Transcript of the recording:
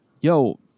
yo